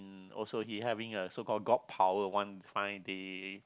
uh also he having a so call God power one fine day